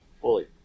Fully